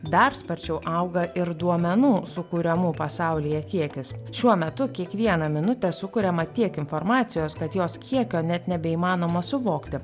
dar sparčiau auga ir duomenų sukuriamų pasaulyje kiekis šiuo metu kiekvieną minutę sukuriama tiek informacijos kad jos kiekio net nebeįmanoma suvokti